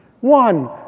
One